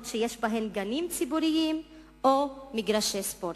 שיש בהן גנים ציבוריים או מגרשי ספורט,